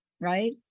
right